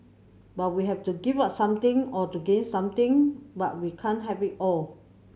but we have to give up something or to gain something but we can't have it all